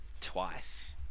twice